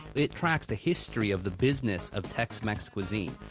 it tracks the history of the business of tex-mex cuisine.